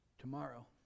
Tomorrow